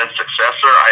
successor